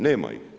Nema ih.